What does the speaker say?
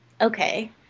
okay